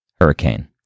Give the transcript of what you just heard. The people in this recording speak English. hurricane